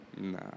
Nah